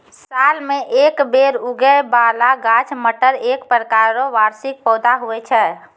साल मे एक बेर उगै बाला गाछ मटर एक प्रकार रो वार्षिक पौधा हुवै छै